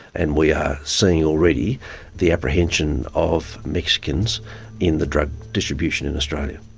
and we are seeing already the apprehension of mexicans in the drug distribution in australia.